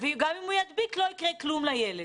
אז גם אם הוא ידביק, לא יקרה כלום לילד,